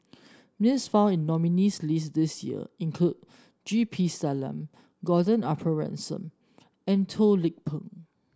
names found in nominees' list this year include G P Selvam Gordon Arthur Ransome and Toh Lik Peng